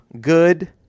Good